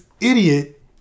idiot